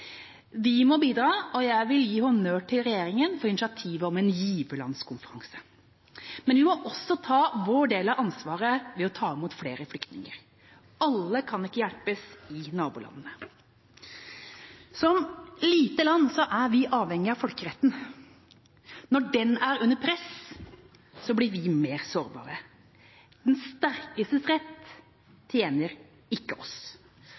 Vi må bidra, og jeg vil gi honnør til regjeringa for initiativet om en giverlandskonferanse. Men vi må også ta vår del av ansvaret ved å ta imot flere flyktninger. Alle kan ikke hjelpes i nabolandene. Som et lite land er vi avhengig av folkeretten. Når den er under press, blir vi mer sårbare. Den sterkestes rett tjener ikke oss.